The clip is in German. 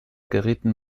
gerieten